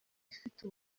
ifite